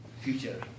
future